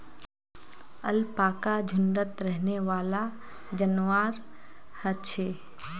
alpaca झुण्डत रहनेवाला जंवार ह छे